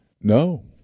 No